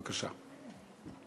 בבקשה.